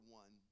one